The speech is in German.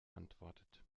antwortet